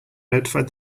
notified